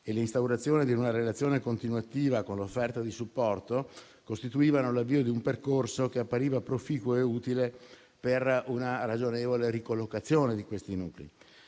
e l'instaurazione di una relazione continuativa con l'offerta di supporto costituivano l'avvio di un percorso che appariva proficuo e utile per una ragionevole ricollocazione di questi nuclei.